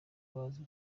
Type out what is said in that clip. baza